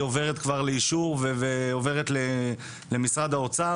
עוברת כבר לאישור ועוברת למשרד האוצר,